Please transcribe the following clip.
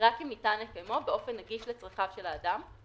לאנשים עם מוגבלות,